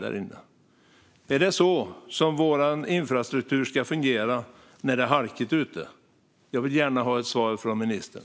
Är det så vår infrastruktur ska fungera när det är halkigt ute? Jag vill gärna ha ett svar av ministern.